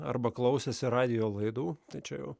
arba klausėsi radijo laidų tai čia